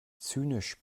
zynisch